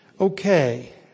Okay